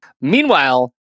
Meanwhile